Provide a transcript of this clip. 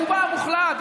ברובה המוחלט,